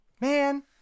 man